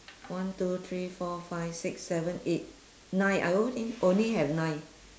one two three four five six seven eight nine I only only have nine